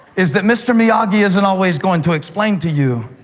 is that mr. miyagi isn't always going to explain to you